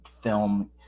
film